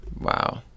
Wow